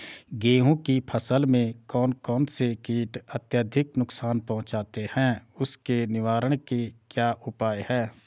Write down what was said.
गेहूँ की फसल में कौन कौन से कीट अत्यधिक नुकसान पहुंचाते हैं उसके निवारण के क्या उपाय हैं?